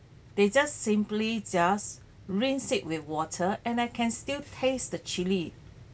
they just simply just rinsed it with water and I can still taste the chili